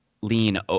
lean